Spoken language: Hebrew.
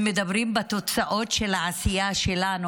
הם מטפלים בתוצאות של העשייה שלנו,